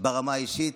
ברמה האישית.